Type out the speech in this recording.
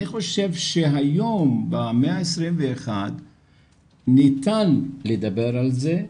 אני חושב שהיום במאה ה-21 ניתן לדבר על זה,